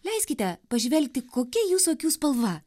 leiskite pažvelgti kokia jūsų akių spalva